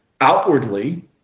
outwardly